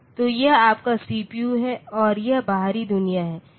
तो यह आपका सीपीयू है और यह बाहरी दुनिया है